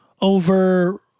over